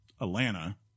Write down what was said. Atlanta